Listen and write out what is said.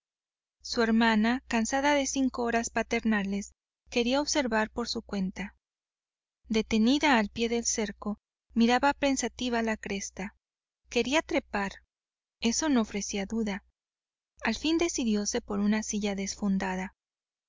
su hermana cansada de cinco horas paternales quería observar por su cuenta detenida al pie del cerco miraba pensativa la cresta quería trepar eso no ofrecía duda al fin decidióse por una silla